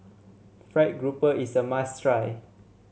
fried grouper is a must try